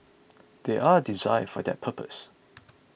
they are designed for that purpose